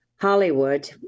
Hollywood